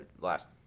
last